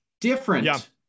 different